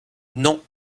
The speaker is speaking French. non